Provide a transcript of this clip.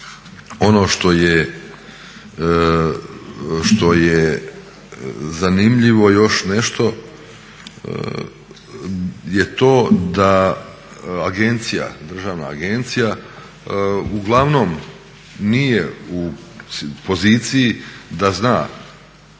ono što je zanimljivo još nešto je to da agencija, državna agencija uglavnom nije u poziciji da zna